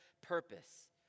purpose